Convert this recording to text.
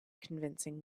convincing